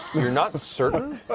you're not certain,